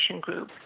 group